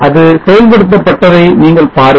அது செயல்படுத்தப் பட்டதை நீங்கள் பாருங்கள்